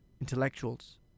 intellectuals